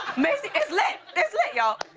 macy it's lit. it's lit, y'all.